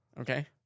Okay